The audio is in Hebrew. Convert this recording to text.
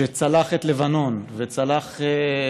וצלח את לבנון וצלח,